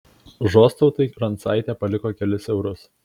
žostautui rancaitė paliko kelis eurus